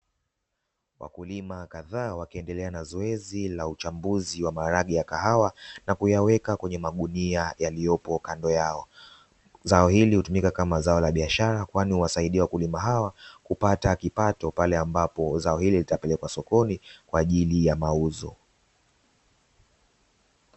Wakulima kadhaa wakiendelea na zoezi la uchambuzi wa maharage na kuyaweka kwenye magunia yaliyopo kando yao. Zao hili hutumika kama zao la biashara kwani huwasaidia wakulima hawa kupata kipato pale ambapo zao hili litapelekwa sokoni kwa ajili ya mauzo.